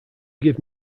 give